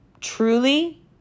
truly